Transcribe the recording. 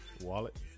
wallet